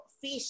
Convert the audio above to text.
fish